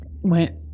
went